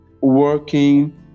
working